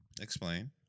Explain